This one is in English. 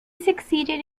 succeeded